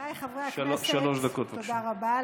חבריי חברי הכנסת, תודה רבה.